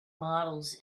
models